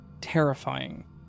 terrifying